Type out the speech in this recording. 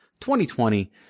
2020